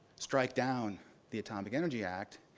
strike down the atomic energy act,